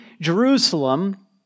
Jerusalem